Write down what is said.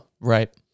right